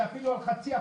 אפילו על ה-0.5%.